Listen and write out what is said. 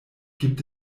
gibt